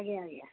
ଆଜ୍ଞା ଆଜ୍ଞା